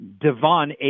Devon